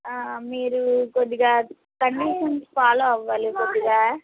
మీరు కొద్దిగా conditions follow అవ్వాలి కొద్దిగా